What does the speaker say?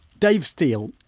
dave steele,